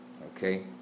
Okay